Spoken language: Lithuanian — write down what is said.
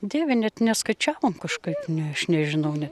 dieve net neskaičiavom kažkaip ne aš nežinau ne